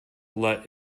let